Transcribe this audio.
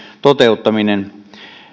toteuttaminen